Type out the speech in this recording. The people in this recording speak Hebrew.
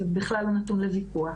ובכלל לא נתון לוויכוח.